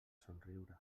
somriure